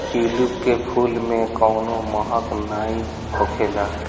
tulip के फूल में कवनो महक नाइ होखेला